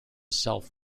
self